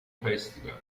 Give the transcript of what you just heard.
festival